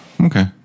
Okay